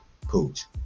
Pooch